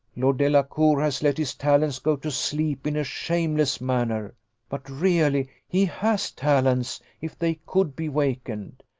lord delacour has let his talents go to sleep in a shameless manner but really he has talents, if they could be wakened.